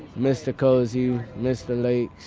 mr. cosey, mr. lakes,